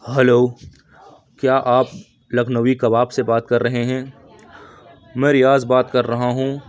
hello کیا آپ لکھنوی کباب سے بات کر رہے ہیں میں ریاض بات کر رہا ہوں